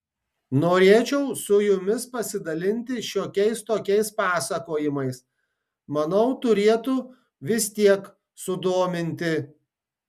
norėčiau su jumis pasidalinti šiokiais tokiais pasakojimais manau turėtų vis tiek sudominti